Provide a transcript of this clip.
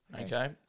okay